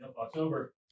October